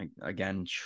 again